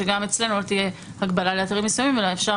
שגם אצלנו לא תהיה הגבלה לאתרים מסוימים אלא אפשר,